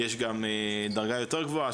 יש גם דרגה יותר גבוהה,